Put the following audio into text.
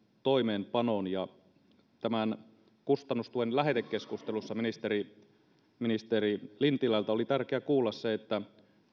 toimeenpanoon ja tämän kustannustuen lähetekeskustelussa ministeri ministeri lintilältä oli tärkeä kuulla se että